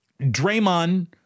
Draymond